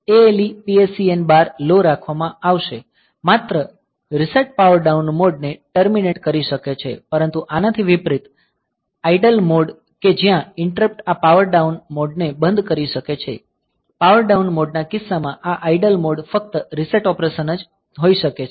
ALE PSEN બાર લો રાખવામાં આવશે માત્ર રીસેટ પાવર ડાઉન મોડ ને ટર્મિનેટ કરી શકે છે પરંતુ આનાથી વિપરીત આઇડલ મોડ કે જ્યાં ઈંટરપ્ટ આ પાવર ડાઉન મોડને બંધ કરી શકે છે પાવર ડાઉન મોડના કિસ્સામાં આ આઇડલ મોડ ફક્ત રીસેટ ઓપરેશન જ હોઈ શકે છે